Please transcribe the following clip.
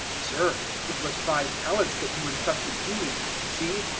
sir, it was five talents that you entrusted to me see,